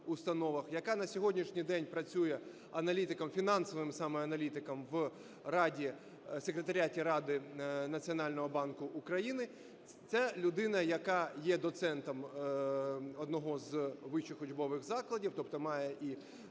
яка на сьогоднішній день працює аналітиком, фінансовим саме аналітиком в Секретаріаті Ради Національного банку України. Це людина, яка є доцентом одного з вищих учбових закладів, тобто має і